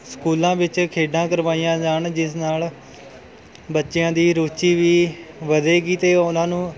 ਸਕੂਲਾਂ ਵਿੱਚ ਖੇਡਾਂ ਕਰਵਾਈਆਂ ਜਾਣ ਜਿਸ ਨਾਲ਼ ਬੱਚਿਆਂ ਦੀ ਰੁਚੀ ਵੀ ਵਧੇਗੀ ਅਤੇ ਉਹਨਾਂ ਨੂੰ